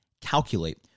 Calculate